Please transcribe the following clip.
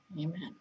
Amen